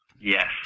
Yes